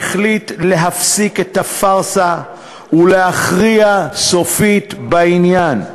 והחליט להפסיק את הפארסה ולהכריע סופית בעניין.